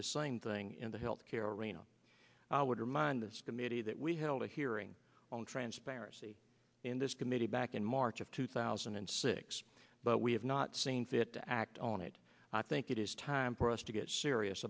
the same thing in the healthcare arena i would remind this committee that we held a hearing on transparency in this committee back in march of two thousand and six but we have not seen fit to act on it i think it is time for us to get serious